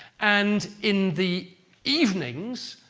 and in the evenings,